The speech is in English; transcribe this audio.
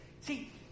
See